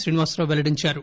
శ్రీనివాసరావు పెల్లడించారు